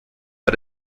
but